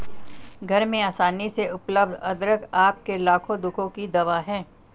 घर में आसानी से उपलब्ध अदरक आपके लाखों दुखों की दवा है